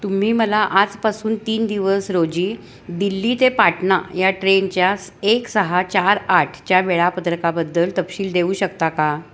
तुम्ही मला आजपासून तीन दिवस रोजी दिल्ली ते पाटणा या ट्रेनच्या स एक सहा चार आठच्या वेळापत्रकाबद्दल तपशील देऊ शकता का